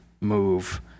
move